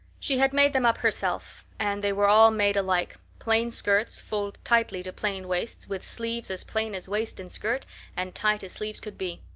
she had made them up herself, and they were all made alike plain skirts fulled tightly to plain waists, with sleeves as plain as waist and skirt and tight as sleeves could be.